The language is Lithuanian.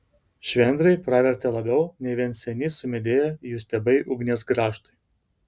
švendrai pravertė labiau nei vien seni sumedėję jų stiebai ugnies grąžtui